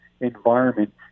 environment